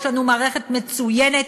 יש לנו מערכת מצוינת,